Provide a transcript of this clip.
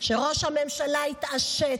שראש הממשלה יתעשת,